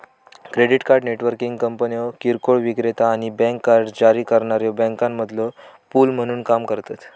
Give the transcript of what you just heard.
credit card networking कंपन्यो किरकोळ विक्रेता आणि बँक कार्ड जारी करणाऱ्यो बँकांमधलो पूल म्हणून काम करतत